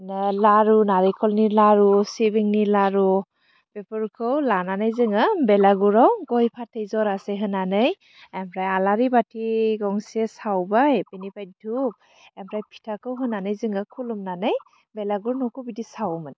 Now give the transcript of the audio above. बिदिनो लारु नारिंखलनि लारु सिबिंनि लारु बेफोरखौ लानानै जोङो बेलागुरयाव गय फाथै जरासे होनानै ओमप्राय आलारि बाथि गंसे सावबाय बेनिफ्राय धुप आमफ्राय फिथाखौ होनानै जोङो खुलुमनानै बेलागुर न'खौ बिदि सावयोमोन